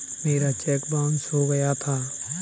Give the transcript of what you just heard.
मेरा check bounce हो गया था